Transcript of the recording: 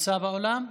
נמצא באולם?